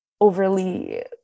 overly